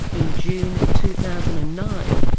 in june two thousand and nine,